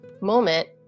moment